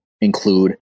include